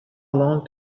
long